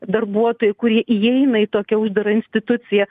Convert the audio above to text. darbuotojai kurie įeina į tokią uždarą instituciją